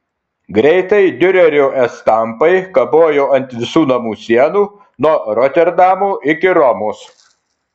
greitai diurerio estampai kabojo ant visų namų sienų nuo roterdamo iki romos